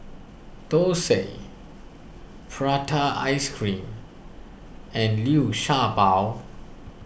Thosai Prata Ice Cream and Liu Sha Bao